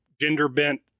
gender-bent